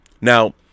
Now